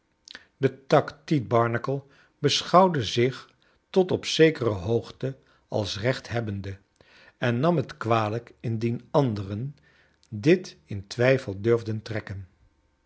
de tak tite barnacle beschouwde zich tot op zekere lioogde als rechthebbende en nam het kwalijk indien anderen dit in twijfel durfden trekken